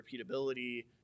repeatability